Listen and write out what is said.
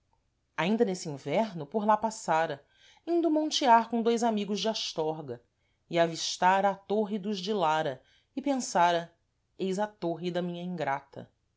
ainda nesse inverno por lá passara indo montear com dois amigos de astorga e avistara a torre dos de lara e pensara eis a torre da minha ingrata